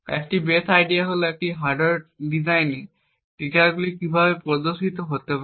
একটি base idea হল একটি হার্ডওয়্যার ডিজাইনে ট্রিগারগুলি কীভাবে প্রদর্শিত হতে পারে